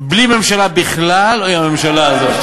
בלי ממשלה בכלל או עם הממשלה הזאת?